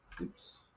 Oops